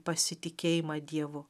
pasitikėjimą dievu